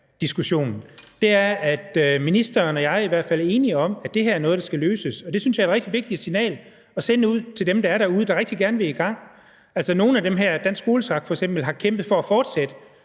diskussion, er, at ministeren og jeg i hvert fald er enige om, at det her er noget, der skal løses, og det synes jeg er et rigtig vigtigt signal at sende til dem derude, der rigtig gerne vil i gang. Nogle af dem, f.eks. Dansk Skoleskak, har kæmpet for at fortsætte.